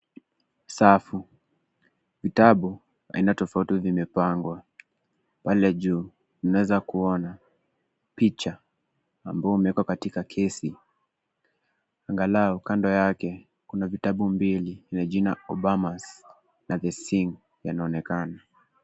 Safu, vitabu aina tofauti zimepangwa. Pale juu tunaeza kuona picha ambao imeekwa katika kesi, angalau kando yake kuna vitabu mbili na jina Obamas na The Sing, yanaonekana.